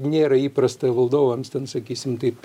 nėra įprasta valdovams ten sakysim taip